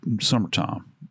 summertime